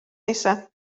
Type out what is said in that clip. nesaf